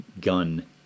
gun